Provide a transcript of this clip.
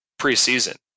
preseason